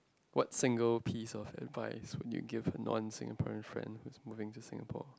what single piece of advice would you give to non Singaporean friend who is moving to Singapore